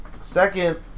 second